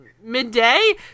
midday